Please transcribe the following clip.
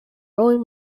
rowing